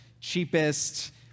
cheapest